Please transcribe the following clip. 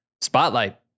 spotlight